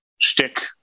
stick